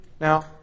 Now